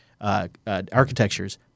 architectures